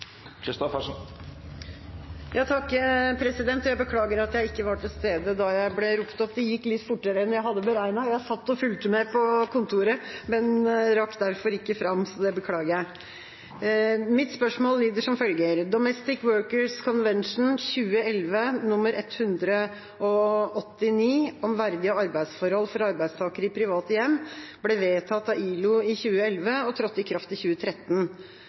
Jeg beklager at jeg ikke var til stede da jeg ble ropt opp. Det gikk litt fortere enn jeg hadde beregnet. Jeg satt og fulgte med på kontoret, men rakk ikke fram. Det beklager jeg. Mitt spørsmål lyder som følger: «Domestic Workers Convention, 2011 , ble vedtatt av ILO i 2011 og trådte i kraft i 2013.